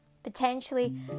Potentially